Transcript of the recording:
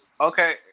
Okay